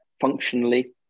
functionally